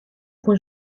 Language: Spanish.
fue